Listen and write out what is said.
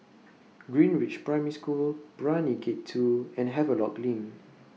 Greenridge Primary School Brani Gate two and Havelock LINK